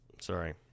sorry